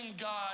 God